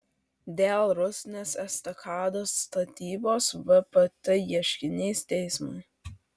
dėl rusnės estakados statybos vpt ieškinys teismui